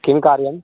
किं कार्यम्